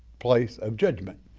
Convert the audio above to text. place of judgment.